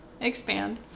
expand